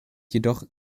jedoch